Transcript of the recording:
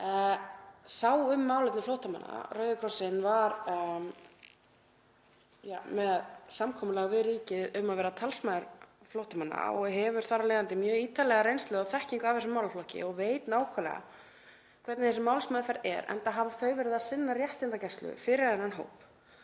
sáu um málefni flóttamanna. Rauði krossinn var með samkomulag við ríkið um að vera talsmaður flóttamanna og hefur þar af leiðandi mjög mikla reynslu og þekkingu á þessum málaflokki og veit nákvæmlega hvernig þessi málsmeðferð er, enda hafa þau verið að sinna réttindagæslu fyrir þennan hóp.